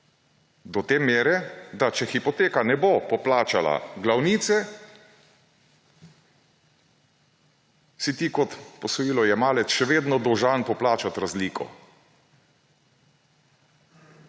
do te mere, da če hipoteka ne bo poplačala glavnice, si ti kot posojilojemalec še vedno dolžan poplačati razliko.